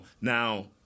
Now